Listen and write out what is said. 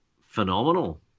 phenomenal